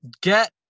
get